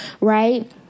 right